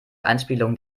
anspielungen